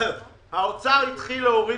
האוצר התחיל להוריד